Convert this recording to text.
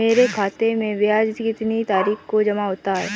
मेरे खाते में ब्याज कितनी तारीख को जमा हो जाता है?